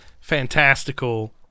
fantastical